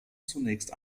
zunächst